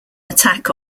attack